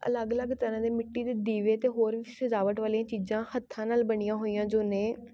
ਅਲੱਗ ਅਲੱਗ ਤਰ੍ਹਾਂ ਦੇ ਮਿੱਟੀ ਦੇ ਦੀਵੇ ਅਤੇ ਹੋਰ ਵੀ ਸਜਾਵਟ ਵਾਲੀਆਂ ਚੀਜ਼ਾਂ ਹੱਥਾਂ ਨਾਲ਼ ਬਣੀਆ ਹੋਈਆਂ ਜੋ ਨੇ